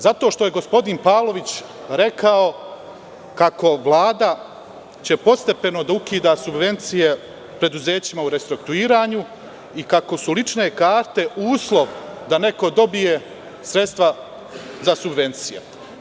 Zato što je gospodin Pavlović rekao kako će Vlada postepeno da ukida subvencije preduzećima u restrukturiranju i kako su lične karte uslov da neko dobije sredstva za subvencije.